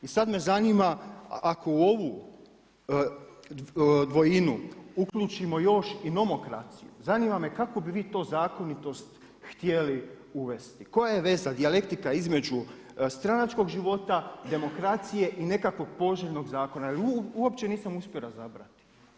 I sad me zanima, ako u ovu dvojinu uključimo još i nomokraciju zanima me kakvu bi vi to zakonitost htjeli uvesti, koja je veza, dijalektika između stranačkog života, demokracije i nekakvog poželjnog zakona jer uopće nisam uspio razabrati.